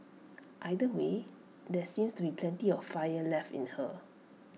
either way there seems to be plenty of fire left in her